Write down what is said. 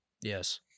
Yes